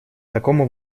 такому